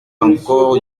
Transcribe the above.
encore